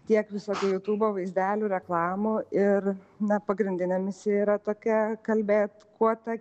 tiek visokių jutubo vaizdelių reklamų ir na pagrindinė misija yra tokia kalbėt kuo ta